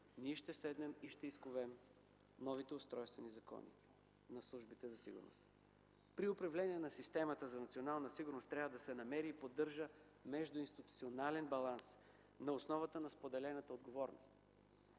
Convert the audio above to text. ние ще седнем и ще изковем новите устройствени закони на службите за сигурност. При управление на системата за национална сигурност трябва да се намери и поддържа междуинституционален баланс на основата на споделената отговорност.